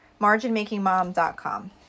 marginmakingmom.com